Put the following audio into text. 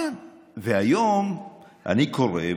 היום אני קורא,